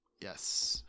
Yes